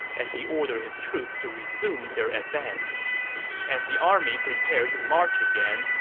as he ordered his troops to resume their advance as the army prepared to march again,